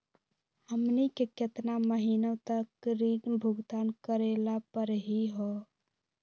हमनी के केतना महीनों तक ऋण भुगतान करेला परही हो?